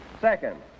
Second